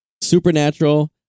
Supernatural